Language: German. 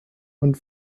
und